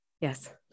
yes